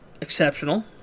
exceptional